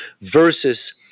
versus